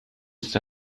ist